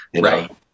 Right